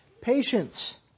patience